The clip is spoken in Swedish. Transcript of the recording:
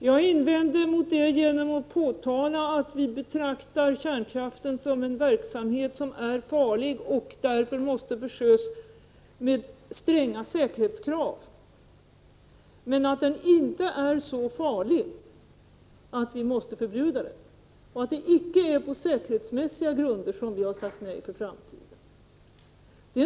Jag invände mot det genom att säga att vi betraktar kärnkraften som en verksamhet som är farlig och därför måste förses med stränga säkerhetskrav men att den inte är så farlig att vi måste förbjuda den och att det icke är på säkerhetsgrunder som vi har sagt nej till kärnkraften för framtiden.